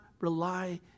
rely